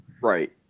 Right